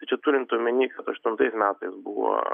tai čia turint omeny aštuntais metais buvo